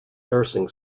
nursing